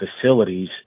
facilities